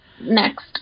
Next